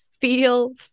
feel